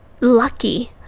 lucky